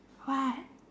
what